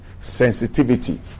Sensitivity